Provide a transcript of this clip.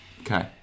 okay